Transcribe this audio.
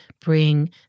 bring